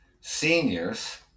seniors